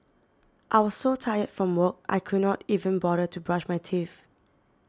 I was so tired from work I could not even bother to brush my teeth